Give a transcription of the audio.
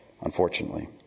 Unfortunately